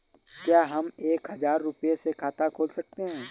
क्या हम एक हजार रुपये से खाता खोल सकते हैं?